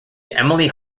emily